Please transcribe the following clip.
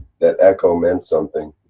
that echo meant something.